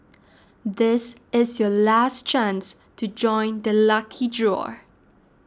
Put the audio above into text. this is your last chance to join the lucky draw